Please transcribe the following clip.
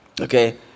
okay